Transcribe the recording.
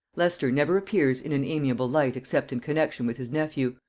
leicester never appears in an amiable light except in connexion with his nephew,